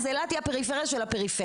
אז אילת היא הפריפריה של הפריפריה,